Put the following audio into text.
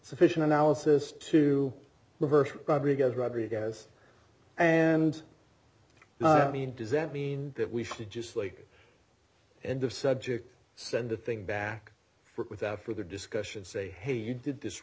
sufficient analysis to reverse rodriguez rodriguez and not mean does that mean that we should just like end of subject send the thing back for it without further discussion say hey you did this